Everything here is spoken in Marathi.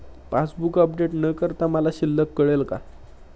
पासबूक अपडेट न करता मला शिल्लक कळेल का?